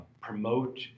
promote